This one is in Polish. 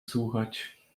słuchać